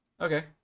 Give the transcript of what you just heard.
Okay